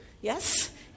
Yes